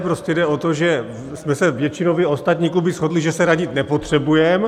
Prostě jde o to, že jsme se většinově ostatní kluby shodly, že se radit nepotřebujeme.